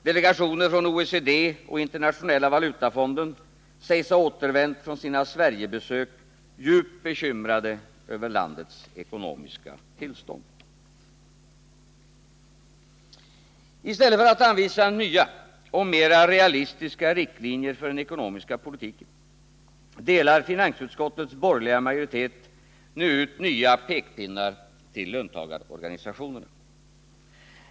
Delegationer från OECD och Internationella valutafonden sägs ha återvänt från sina Sverigebesök djupt bekymrade över landets ekonomiska tillstånd. I stället för att anvisa nya och mera realistiska riktlinjer för den ekonomiska politiken delar nu finansutskottets borgerliga majoritet ut nya pekpinnar till löntagarorganisationerna.